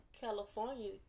California